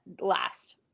last